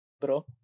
bro